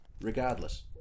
Regardless